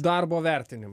tas darbo vertinimu